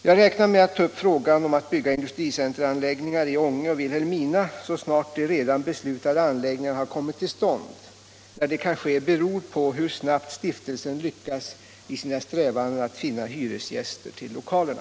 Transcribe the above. Jag räknar med att ta upp frågan om att bygga industricenteranläggningar i Ånge och Vilhelmina så snart de redan beslutade anläggningarna har kommit till stånd. När det kan ske beror på hur snart stiftelsen lyckas i sina strävanden att finna hyresgäster till lokalerna.